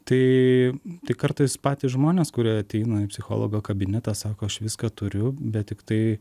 tai tai kartais patys žmonės kurie ateina į psichologo kabinetą sako aš viską turiu bet tiktai